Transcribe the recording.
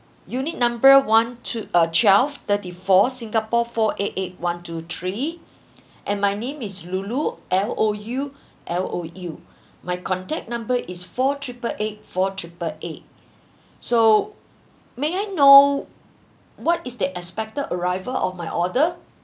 unit number one two uh twelve thirty four singapore four eight eight one two three and my name is loulou L O U L O U my contact number is four triple eight four triple eight so may I know what is the expected arrival of my order